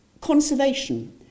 Conservation